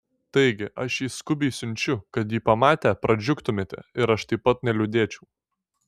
taigi aš jį skubiai siunčiu kad jį pamatę pradžiugtumėte ir aš taip pat neliūdėčiau